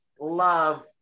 love